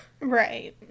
Right